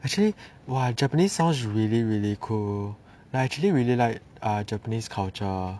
actually !wah! japanese sounds really really cool like actually really like a japanese culture